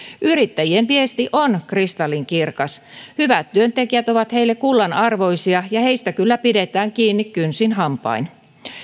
yrittäjien viesti on kristallinkirkas hyvät työntekijät ovat heille kullanarvoisia ja heistä kyllä pidetään kiinni kynsin hampain